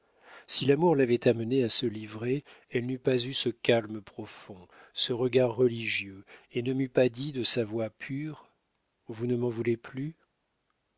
si l'amour l'avait amenée à se livrer elle n'eût pas eu ce calme profond ce regard religieux et ne m'eût pas dit de sa voix pure vous ne m'en voulez plus